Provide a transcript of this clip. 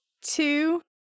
two